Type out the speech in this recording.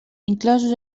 inclosos